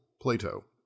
Plato